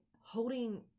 Holding